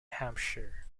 hampshire